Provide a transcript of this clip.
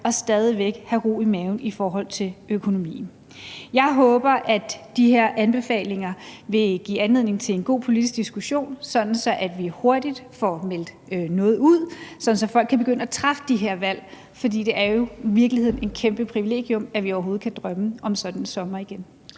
og stadig væk have ro i maven i forhold til økonomien. Jeg håber, at de her anbefalinger vil give anledning til en god politisk diskussion, sådan at vi hurtigt får meldt noget ud, og sådan at folk kan begynde at træffe de her valg, for det er jo i virkeligheden et kæmpe privilegium, at vi overhovedet kan drømme om sådan en sommer igen.